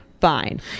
fine